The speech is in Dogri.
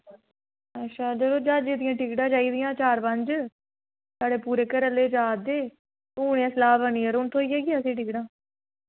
अच्छा यरो जह्यजे दियां टिकटां चाहिदियां चार पंज साढ़े पूरे घरे आह्ले जा दे हू'न गै सलाह् बनी यरो हू'न थ्होई जागी असें टिकटां